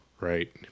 right